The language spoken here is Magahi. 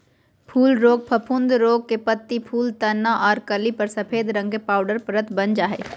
फूल रोग फफूंद पौधा के पत्ती, फूल, तना आर कली पर सफेद रंग के पाउडर परत वन जा हई